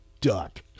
Duck